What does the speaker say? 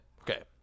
Okay